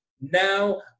now